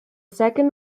second